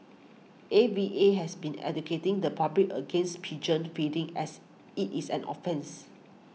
A V A has been educating the public against pigeon feeding as it is an offence